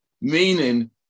meaning